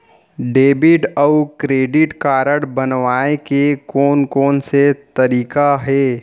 Debit अऊ credit card बनवाए के कोन कोन से तरीका हे?